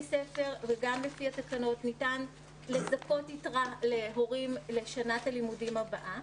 לפי התקנות ניתן לזכות יתרה להורים לשנת הלימודים הבאה.